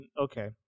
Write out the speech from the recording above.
okay